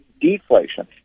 deflation